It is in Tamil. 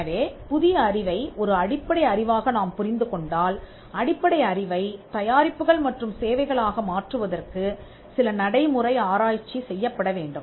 எனவே புதிய அறிவை ஒரு அடிப்படை அறிவாக நாம் புரிந்துகொண்டால் அடிப்படை அறிவைத் தயாரிப்புகள் மற்றும் சேவைகள் ஆக மாற்றுவதற்கு சில நடைமுறை ஆராய்ச்சி செய்யப் படவேண்டும்